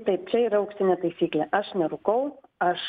taip čia yra auksinė taisyklė aš nerūkau aš